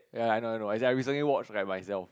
ya I know I know as in I recently watch by myself